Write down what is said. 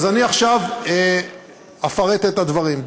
אז אני עכשיו אפרט את הדברים.